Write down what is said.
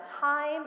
time